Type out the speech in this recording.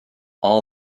all